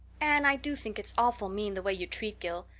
anne, i do think it's awful mean the way you treat gil.